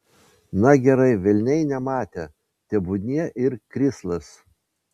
na gerai velniai nematė tebūnie ir krislas